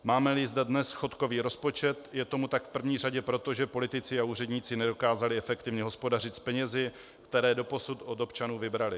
Mámeli zde dnes schodkový rozpočet, je tomu tak v prvé řadě proto, že politici a úředníci nedokázali efektivně hospodařit s penězi, které doposud od občanů vybrali.